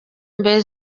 mbere